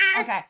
Okay